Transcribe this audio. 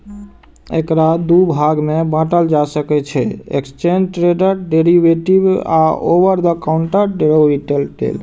एकरा दू भाग मे बांटल जा सकै छै, एक्सचेंड ट्रेडेड डेरिवेटिव आ ओवर द काउंटर डेरेवेटिव लेल